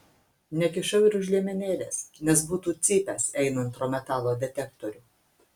nekišau ir už liemenėlės nes būtų cypęs einant pro metalo detektorių